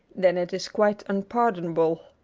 then it is quite unpardonable.